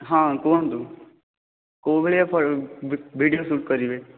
ହଁ କୁହନ୍ତୁ କେଉଁ ଭଳିଆ ଫ ଭିଡ଼ିଓ ସୁଟ କରିବେ